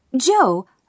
Joe